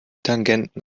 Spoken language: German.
tangenten